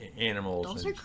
animals